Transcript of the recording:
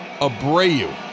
Abreu